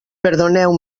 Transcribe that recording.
perdoneu